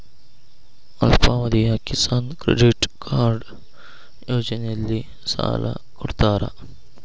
ಅಲ್ಪಾವಧಿಯ Kisan credit card ಯೋಜನೆಯಲ್ಲಿಸಾಲ ಕೊಡತಾರ